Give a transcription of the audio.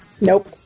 Nope